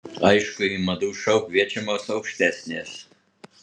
aišku į madų šou kviečiamos aukštesnės